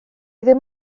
ddim